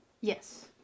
Yes